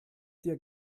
dir